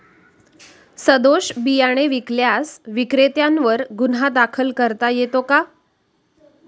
सदोष बियाणे विकल्यास विक्रेत्यांवर गुन्हा दाखल करता येतो का?